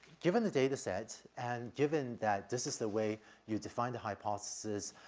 given the data set and given that this is the way you define the hypothesis,